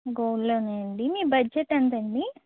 గోల్డ్లోనా అండి మీ బడ్జెట్ ఎంతండీ